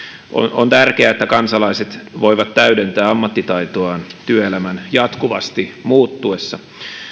on tärkeää että kansalaiset voivat täydentää ammattitaitoaan työelämän jatkuvasti muuttuessa